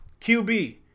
QB